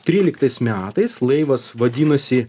tryliktais metais laivas vadinasi